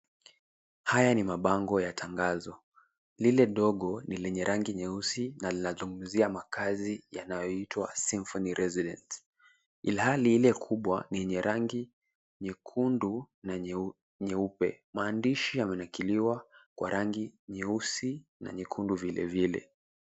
Haya ni mabango ya tangazo lile ndogo ni lenye rangi nyeusi na linazungumuzia makazi yanayoitwa symphony residence ili hali ile kubwa ni yenye rangi nyekundu na nyeupe maandishi yamenakiliwa kwa rangi nyeusi na nyekundu vile vile.